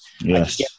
yes